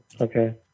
okay